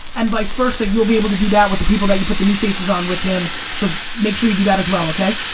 and vice versa you'll be able to do that with the people that you put the new faces on with him, so make sure you do that as well, okay?